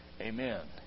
Amen